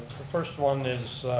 the first one is